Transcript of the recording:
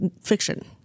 fiction